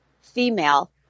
female